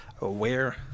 aware